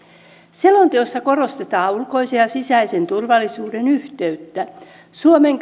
selonteossa korostetaan ulkoisen ja sisäisen turvallisuuden yhteyttä suomen